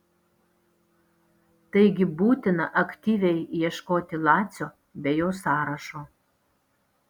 taigi būtina aktyviai ieškoti lacio bei jo sąrašo